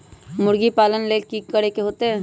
मुर्गी पालन ले कि करे के होतै?